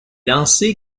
lancé